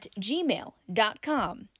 gmail.com